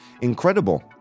Incredible